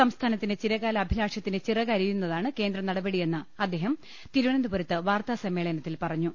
സംസ്ഥാനത്തിന്റെ ചിരകാല അഭിലാഷത്തിന്റെ ചിറ കരിയുന്നതാണ് കേന്ദ്രനടപടിയെന്ന് അദ്ദേഹം തിരുവനന്തപുരത്ത് വാർത്താസമ്മേളനത്തിൽ പറഞ്ഞു